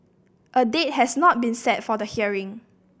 a date has not been set for the hearing